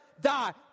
die